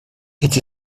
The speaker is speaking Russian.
эти